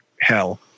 hell